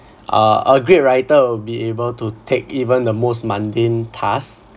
uh a great writer will be able to take even the most mundane task